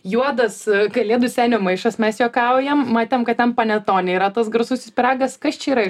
juodas kalėdų senio maišas mes juokaujam matėm kad ten panetonė yra tas garsusis pyragas kas čia yra